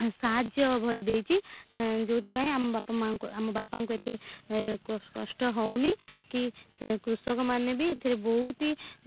ସାହାଯ୍ୟ ଭରି ଦେଇଛି ଯେଉଁଥି ପାଇଁ ଆମ ବାପ ମାଙ୍କୁ ଆମ ବାପାଙ୍କୁ ଏତେ କଷ୍ଟ ହେଉନି କି ସେ କୃଷକମାନେ ବି ଏଥିରେ ବୋହୁତ ହିଁ